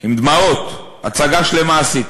עם דמעות, הצגה שלמה עשית: